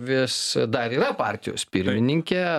vis dar yra partijos pirmininkė